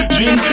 Dream